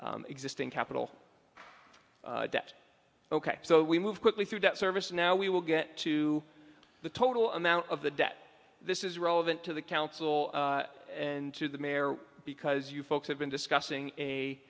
existing capital debt ok so we move quickly through that service now we will get to the total amount of the debt this is relevant to the council and to the mayor because you folks have been discussing a